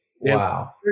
Wow